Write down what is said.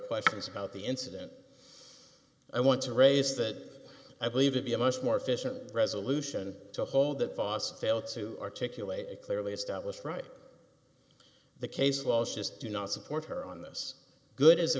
questions about the incident i want to raise that i believe to be a much more efficient resolution to hold that fosse fail to articulate a clearly established right the case law is just do not support her on this good is a